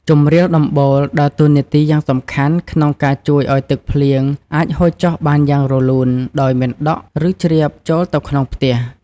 ជម្រាលដំបូលដើរតួនាទីយ៉ាងសំខាន់ក្នុងការជួយឲ្យទឹកភ្លៀងអាចហូរចុះបានយ៉ាងរលូន ដោយមិនដក់ ឬជ្រាបចូលទៅក្នុងផ្ទះ។